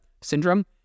syndrome